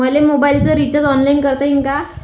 मले मोबाईलच recharge online करता येईन का?